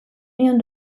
nion